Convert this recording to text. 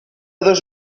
dos